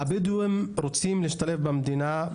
הבדואים רוצים להשתלב במדינה.